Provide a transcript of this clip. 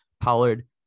Pollard